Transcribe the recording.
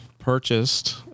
Purchased